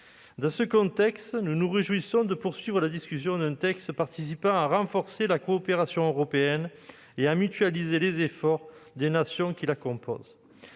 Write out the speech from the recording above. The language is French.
Dans ce contexte, nous nous réjouissons de poursuivre la discussion d'un texte participant au renforcement de la coopération européenne et à la mutualisation des efforts des nations qui la composent.